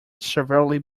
severely